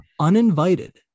uninvited